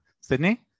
Sydney